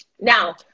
Now